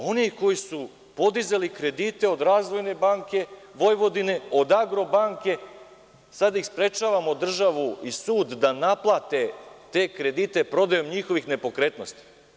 Onih koji su podizali kredite od „Razvojne banke Vojvodine“ od „Agrobanke“, sada ih sprečavamo, državu i sud da naplate te kredite prodajom njihovih nepokretnosti.